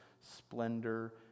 splendor